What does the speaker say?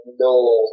no